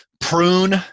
prune